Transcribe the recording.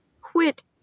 quit